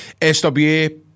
SWA